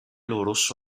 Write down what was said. rosso